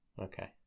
Okay